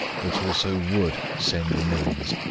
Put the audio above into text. but also would, send the means,